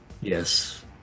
yes